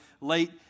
late